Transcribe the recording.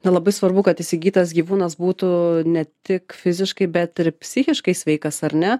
na labai svarbu kad įsigytas gyvūnas būtų ne tik fiziškai bet ir psichiškai sveikas ar ne